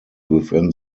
within